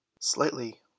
slightly